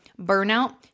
burnout